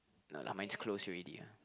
no lah mine's close already ah